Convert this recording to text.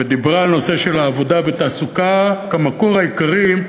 ודיברה על הנושא של העבודה והתעסוקה כמקור העיקרי,